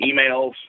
emails